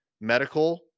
medical